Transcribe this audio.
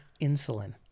insulin